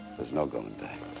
there's no going and